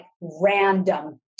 random